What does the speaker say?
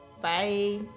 Bye